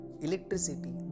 electricity